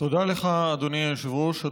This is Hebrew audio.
לך, אדוני היושב-ראש.